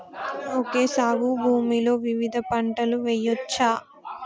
Okay సాగు భూమిలో వివిధ పంటలు వెయ్యచ్చా?